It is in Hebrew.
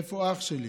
איפה אח שלי?